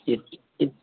جی